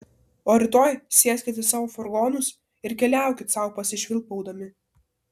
o rytoj sėskit į savo furgonus ir keliaukit sau pasišvilpaudami